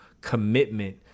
commitment